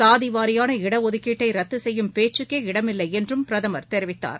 சாதி வாரியான இடஒதுக்கீட்டை ரத்து செய்யும் பேக்சுக்கே இடமில்லை என்றும் பிரதமர் தெரிவித்தார்